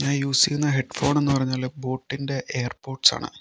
ഞാൻ യൂസെയ്യുന്ന ഹെഡ് ഫോണെന്നു പറഞ്ഞാല് ബോട്ടിൻ്റെ എയർ പോട്സാണ്